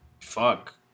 fuck